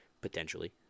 potentially